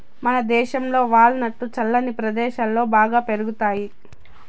మనదేశంలో వాల్ నట్లు చల్లని ప్రదేశాలలో బాగా పెరుగుతాయి